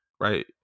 right